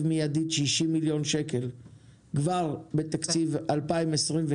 מיידית 60 מיליון שקל כבר בתקציב 2022,